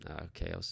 Okay